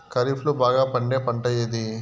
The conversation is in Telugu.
ఖరీఫ్ లో బాగా పండే పంట ఏది?